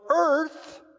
earth